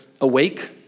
awake